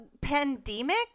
pandemic